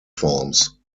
forms